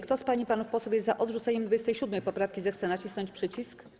Kto z pań i panów posłów jest za odrzuceniem 27. poprawki, zechce nacisnąć przycisk.